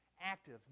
active